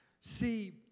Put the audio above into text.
See